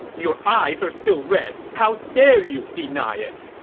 your eyes are still red! how dare you deny it!